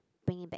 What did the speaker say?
bring it back